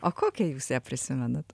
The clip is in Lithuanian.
o kokią jūs ją prisimenat